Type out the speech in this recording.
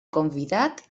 convidat